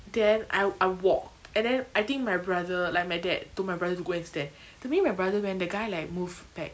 then I I walked and then I think my brother like my dad told my brother to go and stare to me my brother when they guy like move back